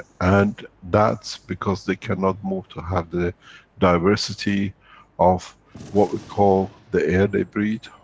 and that's because they can not move to have the diversity of what we call, the air they breathe,